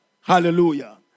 Hallelujah